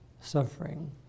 suffering